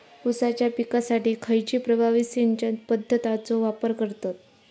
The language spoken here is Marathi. ऊसाच्या पिकासाठी खैयची प्रभावी सिंचन पद्धताचो वापर करतत?